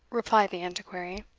replied the antiquary.